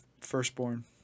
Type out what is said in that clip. firstborn